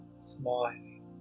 smiling